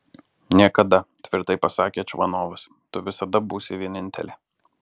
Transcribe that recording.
niekada tvirtai pasakė čvanovas tu visada būsi vienintelė